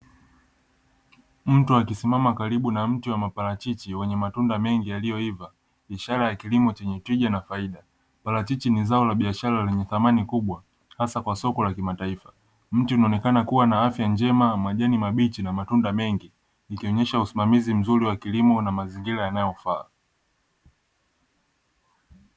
Mtu akisimama karibu na mti wa maparachichi; wenye matunda mengi yaliyoiva, ishara ya kilimo chenye tija na faida. Parachichi ni zao la biashara lenye thamani kubwa hasa kwa soko la kimataifa. Mti unaonekana kuwa na afya njema, majani mabichi na matunda mengi; ikionyesha usimamizi mzuri wa kilimo na mazingira yanayofaa.